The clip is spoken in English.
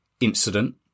incident